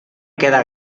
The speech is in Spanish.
queda